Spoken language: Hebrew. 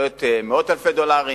מאות אלפי דולרים,